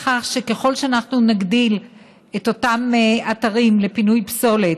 לכך שככל שאנחנו נגדיל את אותם אתרים לפינוי פסולת